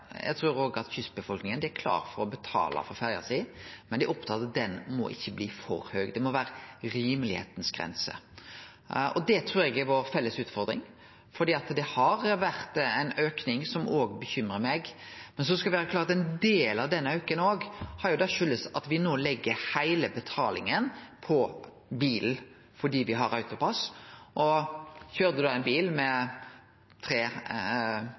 trur eg at kystbefolkninga er glade for å betale for ferja si, men dei er opptatte av at prisen ikkje må bli for høg. Det må vere innan rimelege grenser. Det trur eg er vår felles utfordring, for det har vore ein auke som også bekymrar meg. Så skal me vere klare over at ein del av den auken kjem av at me legg heile betalinga på bilen fordi me har AutoPASS. Køyrer ein bil med tre